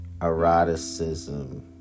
eroticism